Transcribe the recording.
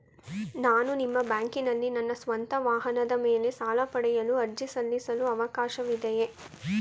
ನಾನು ನಿಮ್ಮ ಬ್ಯಾಂಕಿನಲ್ಲಿ ನನ್ನ ಸ್ವಂತ ವಾಹನದ ಮೇಲೆ ಸಾಲ ಪಡೆಯಲು ಅರ್ಜಿ ಸಲ್ಲಿಸಲು ಅವಕಾಶವಿದೆಯೇ?